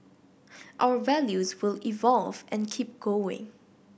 our values will evolve and keep going